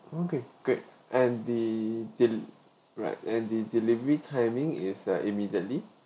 okay great and the the right and the delivery timing is uh immediately